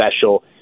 special